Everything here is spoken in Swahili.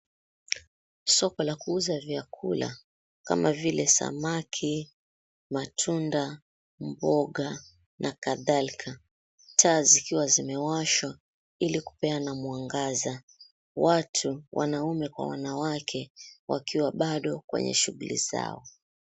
Soko la kuuza vyakula kama vile samaki, matunda, mboga, na kadhalika, taa zikiwa zimewashwa ili kupeana mwangaza, watu wanaumme kwa wanawake wakiwa bado kwenye shughli zao.